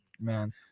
man